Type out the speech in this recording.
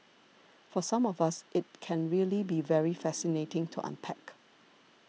for some of us it can really be very fascinating to unpack